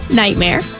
nightmare